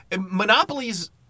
Monopolies